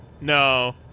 No